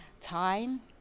time